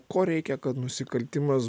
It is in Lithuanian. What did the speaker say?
ko reikia kad nusikaltimas